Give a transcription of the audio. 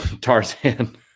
tarzan